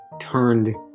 turned